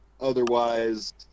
otherwise